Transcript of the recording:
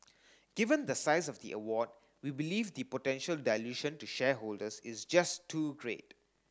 given the size of the award we believe the potential dilution to shareholders is just too great